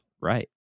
Right